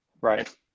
Right